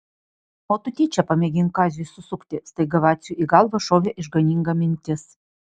o tu tyčia pamėgink kaziui susukti staiga vaciui į galvą šovė išganinga mintis